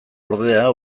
ordea